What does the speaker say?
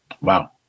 Wow